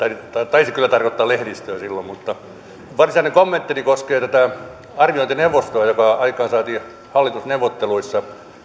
taisi kyllä tarkoittaa lehdistöä silloin varsinainen kommenttini koskee tätä arviointineuvostoa joka aikaansaatiin hallitusneuvotteluissa